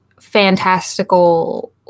fantastical